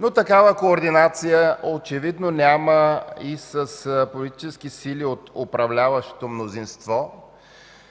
но такава координация очевидно няма и с политически сили от управляващото мнозинство.